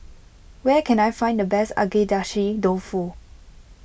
where can I find the best Agedashi Dofu